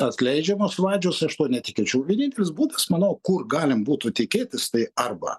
atleidžiamos vadžios aš tuo netikėčiau vienintelis būdas manau kur galim būtų tikėtis tai arba